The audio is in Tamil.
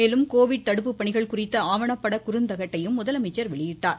மேலும் கோவிட் தடுப்பு பணிகள் குறித்த ஆவணப்பட குறுந்தகட்டையும் முதலமைச்சர் வெளியிட்டார்